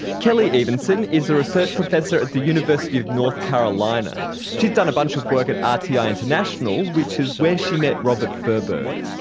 kelly evenson is a research professor at the university of north carolina. she's done a bunch of work at ah rti ah international, which is where she met robert furberg.